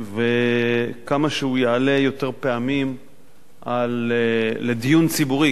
כמה שהוא יעלה יותר פעמים לדיון ציבורי,